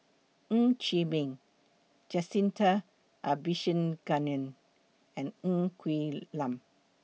Ng Chee Meng Jacintha Abisheganaden and Ng Quee Lam